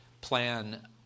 plan